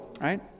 Right